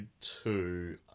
two